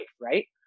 right